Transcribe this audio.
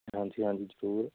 ਹਾਂਜੀ ਹਾਂਜੀ ਜ਼ਰੂਰ